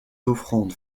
offrandes